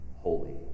holy